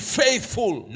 faithful